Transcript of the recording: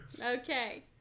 Okay